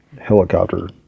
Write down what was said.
helicopter